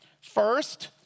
First